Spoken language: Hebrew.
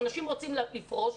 כאשר אנשים רוצים לפרוש,